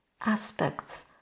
aspects